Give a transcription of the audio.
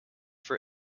for